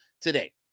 today